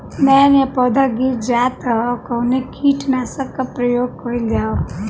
नया नया पौधा गिर जात हव कवने कीट नाशक क प्रयोग कइल जाव?